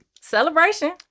celebration